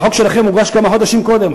והחוק שלכם הוגש כמה חודשים קודם,